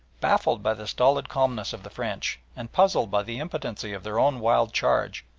baffled by the stolid calmness of the french, and puzzled by the impotency of their own wild charge,